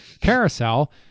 carousel